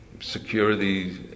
security